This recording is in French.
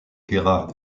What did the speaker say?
gerhard